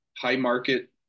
high-market